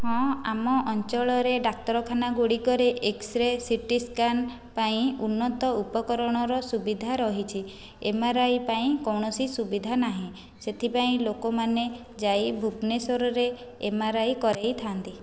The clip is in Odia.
ହଁ ଆମ ଅଞ୍ଚଳରେ ଡାକ୍ତରଖାନା ଗୁଡ଼ିକରେ ଏକ୍ସରେ ସିଟି ସ୍କାନ ପାଇଁ ଉନ୍ନତ ଉପକରଣର ସୁବିଧା ରହିଛି ଏମଆରଆଇ ପାଇଁ କୌଣସି ସୁବିଧା ନାହିଁ ସେଥିପାଇଁ ଲୋକମାନେ ଯାଇ ଭୁବନେଶ୍ଵରରେ ଏମ୍ଆରଆଇ କରାଇଥାନ୍ତି